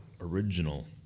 original